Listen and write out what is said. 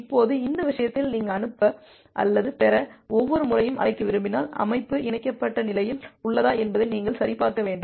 இப்போது இந்த விஷயத்தில் நீங்கள் அனுப்ப அல்லது பெற ஒவ்வொரு முறையும் அழைக்க விரும்பினால் அமைப்பு இணைக்கப்பட்ட நிலையில் உள்ளதா என்பதை நீங்கள் சரிபார்க்க வேண்டும்